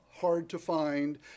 hard-to-find